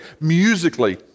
musically